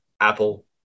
Apple